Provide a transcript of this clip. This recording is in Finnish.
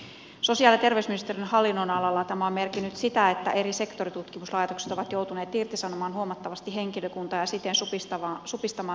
sosiaali ja terveysministeriön hallinnonalalla tämä on merkinnyt sitä että eri sektoritutkimuslaitokset ovat joutuneet irtisanomaan huomattavasti henkilökuntaa ja siten supistamaan toimintaa